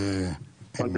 הכול בסדר.